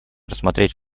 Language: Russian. рассмотреть